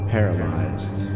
Paralyzed